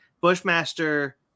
Bushmaster